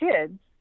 kids